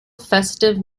festive